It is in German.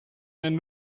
eine